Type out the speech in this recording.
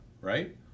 right